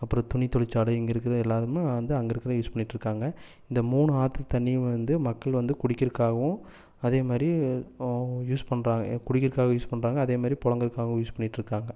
அப்புறம் துணி தொழிற்சாலை இங்கே இருக்கிறது இல்லாமல் வந்து அங்கே இருக்கிறத யூஸ் பண்ணிகிட்டுருக்காங்க இந்த மூணு ஆற்று தண்ணீரையும் வந்து மக்கள் வந்து குடிக்கிறக்காகவும் அதேமாதிரி யூஸ் பண்ணுறாங்க குடிக்கிறக்காக யூஸ் பண்ணுறாங்க அதேமாதிரி புழங்குறக்காவும் யூஸ் பண்ணிகிட்டுருக்காங்க